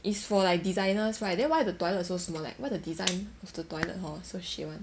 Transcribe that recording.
it's for like designers right then why the toilet so small like why the design of the toilet hor so shit [one]